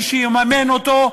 מי שיממן אותו,